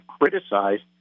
criticized